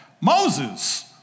Moses